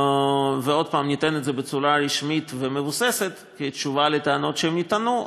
ועוד פעם: ניתן את זה בצורה רשמית ומבוססת כתשובה על טענות שהם יטענו,